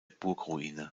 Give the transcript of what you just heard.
burgruine